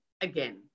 again